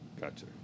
gotcha